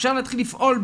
אפשר להתחיל לפעול,